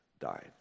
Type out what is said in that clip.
died